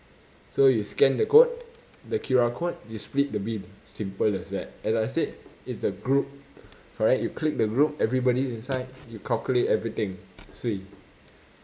so you scan the code the Q_R code you split the bill simple as that as I said it's the group correct you click the group everybody inside you calculate everything swee